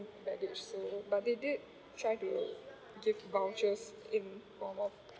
baggage so but they tried to give vouchers in form of